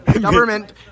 Government